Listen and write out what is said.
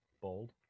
bold